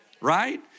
Right